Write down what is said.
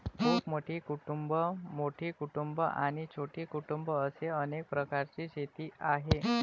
खूप मोठी कुटुंबं, मोठी कुटुंबं आणि छोटी कुटुंबं असे अनेक प्रकारची शेती आहे